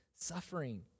suffering